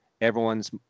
everyone's